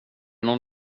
någon